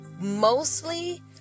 mostly